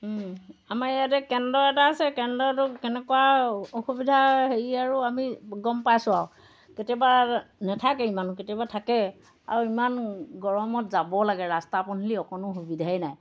আমাৰ ইয়াতে কেন্দ্ৰ এটা আছে কেন্দ্ৰটো কেনেকুৱা অসুবিধা হেৰি আৰু আমি গম পাইছোঁ আৰু কেতিয়াবা নাথাকে ইমানো কেতিয়াবা থাকে আৰু ইমান গৰমত যাব লাগে ৰাস্তা পদুলি অকণো সুবিধাই নাই